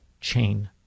chain